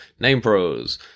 NamePros